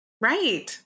Right